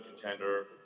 contender